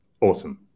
Awesome